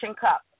cup